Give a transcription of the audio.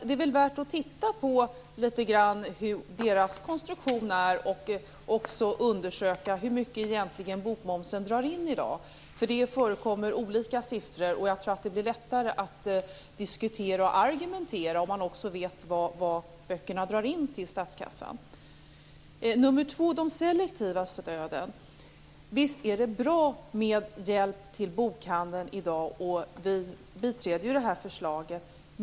Det är väl därför värt att litet grand titta på deras konstruktion och också undersöka hur mycket bokmomsen i dag egentligen drar in. Det förekommer nämligen olika siffror. Jag tror att det blir lättare att diskutera och argumentera om man också vet hur mycket böckerna drar in till statskassan. Jag skall därefter säga något om de selektiva stöden. Visst är det bra med hjälp till bokhandeln i dag, och vi biträder detta förslag.